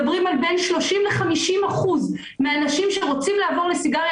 מדברים על בין 30% ל-50% מהאנשים שרוצים לעבור לסיגריות